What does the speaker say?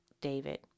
David